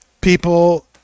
people